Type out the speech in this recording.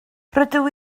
rydw